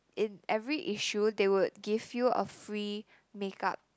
in every issue they would give you a free make up